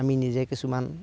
আমি নিজে কিছুমান